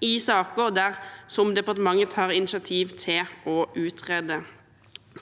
i saker som departementet tar initiativ til å utrede.